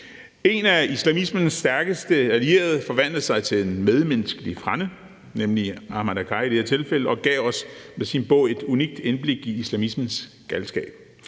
En af islamismens stærkeste allierede forvandlede sig til en medmenneskelig frænde, nemlig Ahmed Akkari i det her tilfælde, og gav os med sin bog et unikt indblik i islamismens galskab.